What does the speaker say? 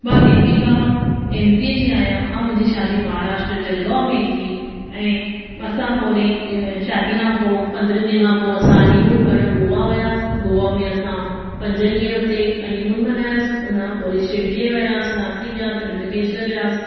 मां Deepika M P G आहियां ऐं मुंहिंजी शादी महाराष्ट्रा जलगांव में थी ऐं मसां पोइ वरी हिकु शादीअ खां पोइ पंद्रहंनि ॾींहंनि खां पोइ असां हनीमून करणु गोआ वियसीं गोआ में असां पंज ॾींहं हुते हनीमून मनायोसीं हुनखां पोइ वरी शिरडीअ वियासीं नासिक विया त त्रिम्बकेश्वर वियासीं